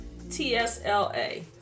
TSLA